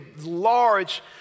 large